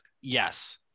yes